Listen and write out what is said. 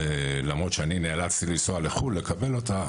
למרות שאני נאלצתי לנסוע לחו"ל לקבל אותה,